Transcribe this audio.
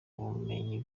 ubumenyi